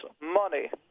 money